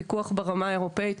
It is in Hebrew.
פיקוח ברמה האירופית,